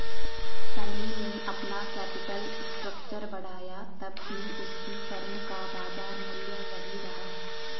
शनी ने अपना capital structure बढ़ाया तब भी उसकी फर्म का बाजार मूल्य वही रहा